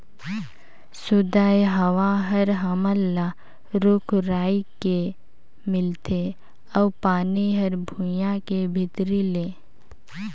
सुदय हवा हर हमन ल रूख राई के मिलथे अउ पानी हर भुइयां के भीतरी ले